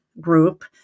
group